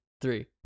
three